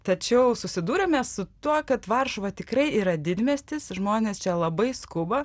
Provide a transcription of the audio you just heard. tačiau susidūrėme su tuo kad varšuva tikrai yra didmiestis žmonės čia labai skuba